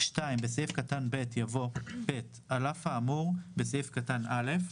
(2)במקום סעיף קטן (ב) יבוא: "(ב)על אף האמור בסעיף קטן (א)